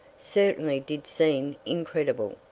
certainly did seem incredible.